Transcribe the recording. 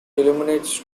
illuminates